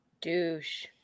Douche